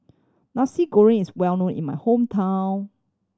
Nasi Goreng is well known in my hometown